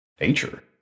Nature